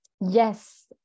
Yes